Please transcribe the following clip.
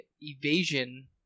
evasion